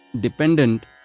dependent